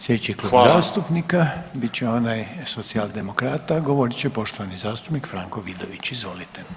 Sljedeći klub zastupnika bit će onaj socijaldemokrata, govorit će poštovani zastupnik Franko Vidović, izvolite.